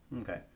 Okay